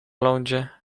lądzie